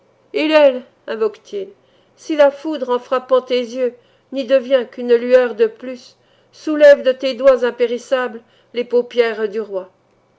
invoque t il si la foudre en frappant tes yeux n'y devient qu'une lueur de plus soulève de tes doigts impérissables les paupières du roi